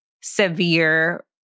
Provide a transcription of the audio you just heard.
severe